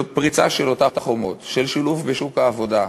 של פריצה של אותן חומות, של שילוב בשוק העבודה,